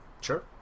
Sure